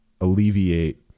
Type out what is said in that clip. alleviate